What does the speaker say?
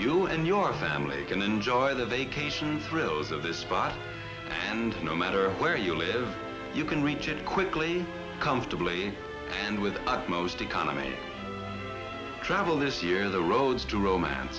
you and your family can enjoy the vacation thrills of this spot and no matter where you live you can reach it quickly comfortably and with utmost economy travel this year the road to romance